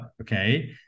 Okay